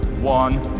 one.